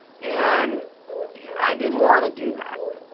and yeah i didn't want to do that.